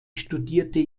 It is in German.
studierte